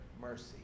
mercy